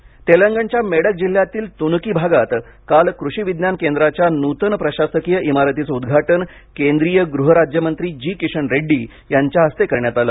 उद्घाटन तेलंगणच्या मेडक जिल्ह्यातील तुनिकी भागात काल कृषी विज्ञान केंद्राच्या नूतन प्रशासकीय इमारतीचं उद्घाटन केंद्रीय गृहराज्यमंत्री जी किशन रेड्डी यांच्या हस्ते करण्यात आलं